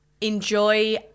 enjoy